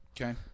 Okay